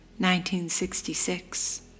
1966